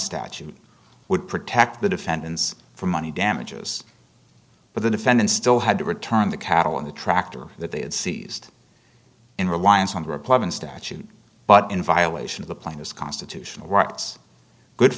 statute would protect the defendants for money damages but the defendant still had to return the cattle on the tractor that they had seized in reliance on replevin statute but in violation of the plan his constitutional rights good